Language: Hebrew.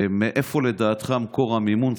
מאיפה לדעתך צריך להיות מקור המימון?